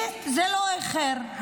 וזה לא איחר.